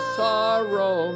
sorrow